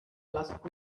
last